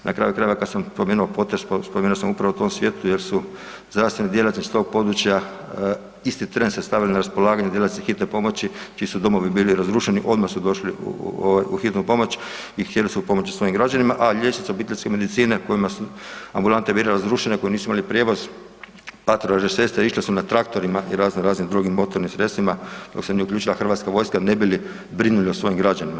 Na kraju krajeva, kad sam spomenuo, ... spomenuo sam upravo u tom svjetlu jer su zdravstveni djelatnici s tog područja isti tren se stavili na raspolaganje djelatnici hitne pomoći čiji su domovi bili razrušeni, odmah su došli u hitnu pomoć i htjeli su pomoći svojim građanima, a liječnica obiteljske medicine kojima su ambulante bile razrušene, koje nisu imale prijevoz, patronažne sestre, išle su na traktorima i razno raznim drugim motornim sredstvima dok se nije uključila Hrvatska vojska ne bi li brinuli o svojim građanima.